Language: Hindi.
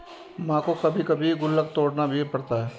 मां को कभी कभी गुल्लक तोड़ना भी पड़ता है